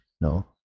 no